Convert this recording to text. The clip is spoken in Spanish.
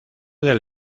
del